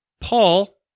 Paul